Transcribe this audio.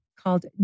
called